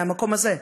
מהמקום הזה.